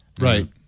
right